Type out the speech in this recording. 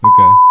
Okay